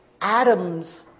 atoms